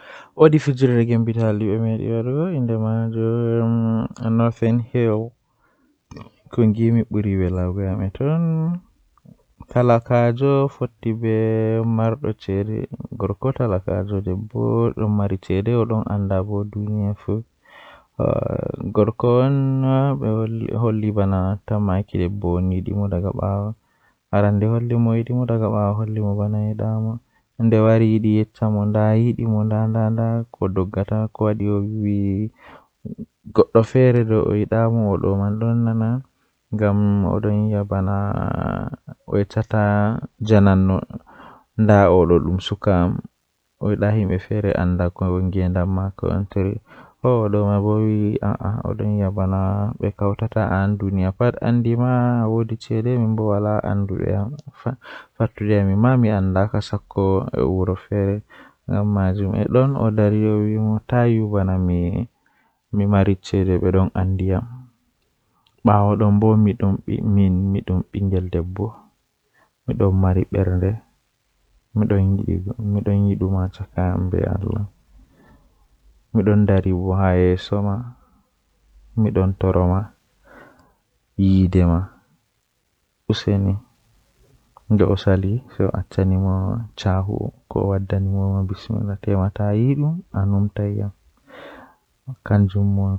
Ndabbawa jei mi buri yidugo kanjum woni gertugal ngam tomi wurni gertugam neebi-neebi mi wawan mi hirsa dum mi iyakka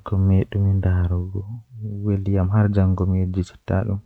kudel am